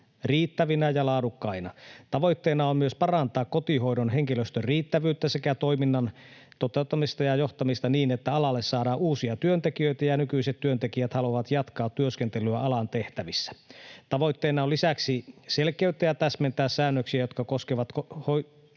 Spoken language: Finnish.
riittävinä ja laadukkaina. Tavoitteena on myös parantaa kotihoidon henkilöstön riittävyyttä sekä toiminnan toteuttamista ja johtamista niin, että alalle saadaan uusia työntekijöitä ja nykyiset työntekijät haluavat jatkaa työskentelyä alan tehtävissä. Tavoitteena on lisäksi selkeyttää ja täsmentää säännöksiä, jotka koskevat hoitoa